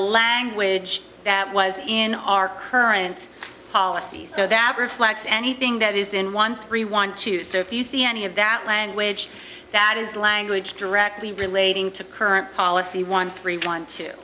language that was in our current policies so that reflects anything that is in one three one two so if you see any of that language that is language directly relating to current policy one